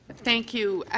thank you,